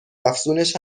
افزونش